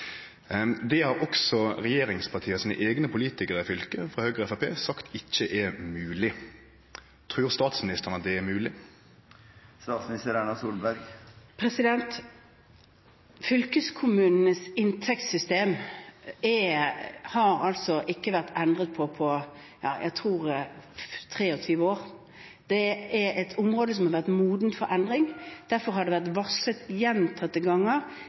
Det har også regjeringspartia sine eigne politikarar i fylket, frå Høgre og Framstegspartiet, sagt at ikkje er mogleg. Trur statsministeren det er mogleg? Fylkeskommunenes inntektssystem har ikke vært endret på 23 år – tror jeg. Det er et område som har vært modent for endring. Derfor har det